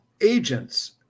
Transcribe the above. agents